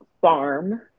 farm